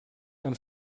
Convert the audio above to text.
and